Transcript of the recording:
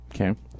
Okay